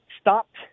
stopped